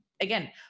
Again